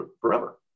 forever